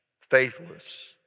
faithless